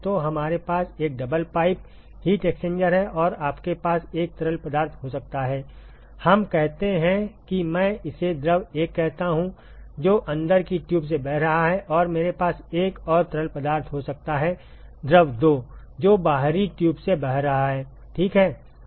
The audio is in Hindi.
तो हमारे पास एक डबल पाइप हीट एक्सचेंजर है और आपके पास एक तरल पदार्थ हो सकता है हम कहते हैं कि मैं इसे द्रव 1 कहता हूं जो अंदर की ट्यूब से बह रहा है और मेरे पास एक और तरल पदार्थ हो सकता है द्रव 2 जो बाहरी ट्यूब से बह रहा है ठीक है